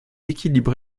équilibre